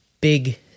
big